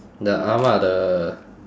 the ah ma the